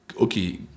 Okay